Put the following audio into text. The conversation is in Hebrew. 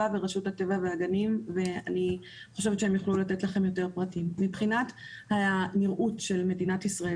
לוועדה דגשים ושינויים שאתם מבקשים לראות,